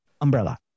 umbrella